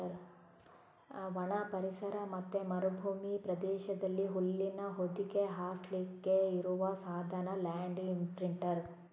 ಒಣ ಪರಿಸರ ಮತ್ತೆ ಮರುಭೂಮಿ ಪ್ರದೇಶದಲ್ಲಿ ಹುಲ್ಲಿನ ಹೊದಿಕೆ ಹಾಸ್ಲಿಕ್ಕೆ ಇರುವ ಸಾಧನ ಲ್ಯಾಂಡ್ ಇಂಪ್ರಿಂಟರ್